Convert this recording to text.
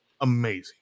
amazing